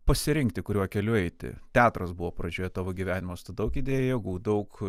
pasirinkti kuriuo keliu eiti teatras buvo pradžioje tavo gyvenimas tu daug idėjai jėgų daug